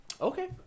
Okay